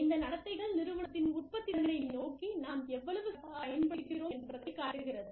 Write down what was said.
இந்த நடத்தைகள் நிறுவனத்தின் உற்பத்தித்திறனை நோக்கி நாம் எவ்வளவு சிறப்பாகப் பயன்படுத்துகிறோம் என்பதைக் காட்டுகிறது